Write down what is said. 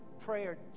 prayer